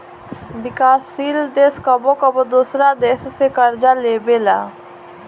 विकासशील देश कबो कबो दोसरा देश से कर्ज लेबेला